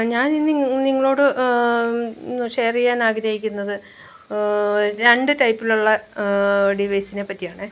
ഞാൻ ഇന്ന് നിങ്ങളോട് ഷെയർ ചെയ്യാൻ ആഗ്രഹിക്കുന്നത് രണ്ട് ടൈപ്പിലുള്ള ഡിവൈസിനെ പറ്റിയാണ്